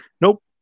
nope